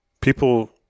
people